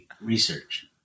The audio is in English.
research